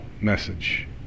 message